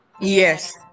Yes